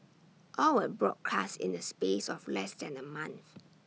all were broadcast in the space of less than A month